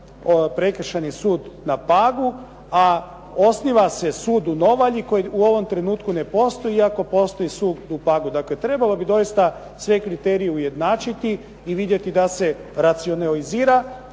prekršajni sud na Pagu, a osniva se sud u Novalji koji u ovom trenutku ne postoji, iako postoji sud u Pagu. Dakle, trebalo bi doista sve kriterije ujednačiti i vidjeti da se racionalizira